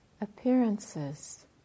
appearances